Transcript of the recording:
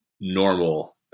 normal